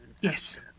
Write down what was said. yes